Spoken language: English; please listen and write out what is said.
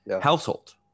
household